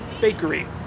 bakery